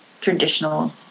traditional